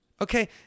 Okay